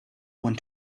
want